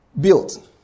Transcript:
built